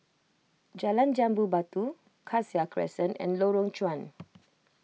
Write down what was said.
Jalan Jambu Batu Cassia Crescent and Lorong Chuan